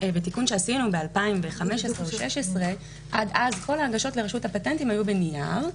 בתיקון שעשינו ב-2015 או 2016 עד אז כל ההגשות לרשות הפטנטים היו בנייר.